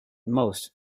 most